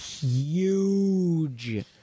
huge